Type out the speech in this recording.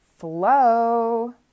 flow